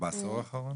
בעשור האחרון?